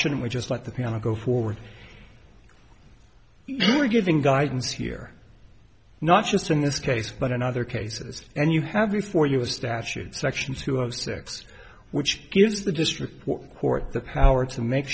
shouldn't we just let the piano go forward we're giving guidance here not just in this case but in other cases and you have before you a statute section two of six which gives the district court the power to make